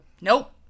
Nope